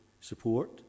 support